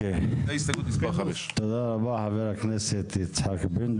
זאת הסתייגות מספר 5. תודה רבה חבר הכנסת פינדרוס.